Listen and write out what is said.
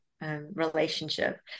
relationship